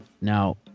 now